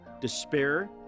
despair